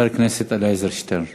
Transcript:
משום שראש האופוזיציה עף על